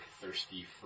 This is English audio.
thirsty